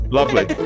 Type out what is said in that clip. Lovely